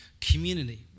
community